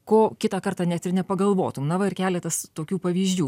ko kitą kartą net ir nepagalvotum na va ir keletas tokių pavyzdžių